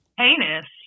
heinous